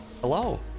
Hello